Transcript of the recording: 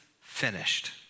finished